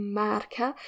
marca